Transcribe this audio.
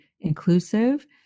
inclusive